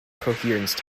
coherence